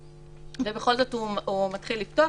ובכל זאת הוא מתחיל לפתוח.